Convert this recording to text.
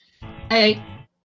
hey